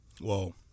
Whoa